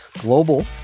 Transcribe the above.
global